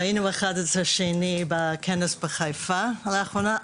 היינו ב-11.2 בכנס בחיפה לאחרונה,